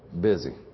Busy